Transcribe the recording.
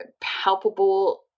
palpable